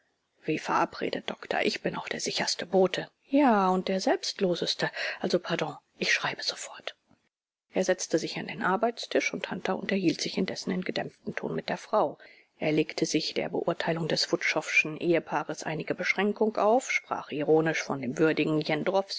wie verabredet doktor ich bin auch der sicherste bote ja und der selbstloseste also pardon ich schreibe sofort er setzte sich an den arbeitstisch und hunter unterhielt sich indessen in gedämpftem ton mit der frau er legte sich in der beurteilung des wutschowschen ehepaares einige beschränkung auf sprach ironisch von dem würdigen